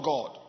God